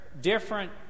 different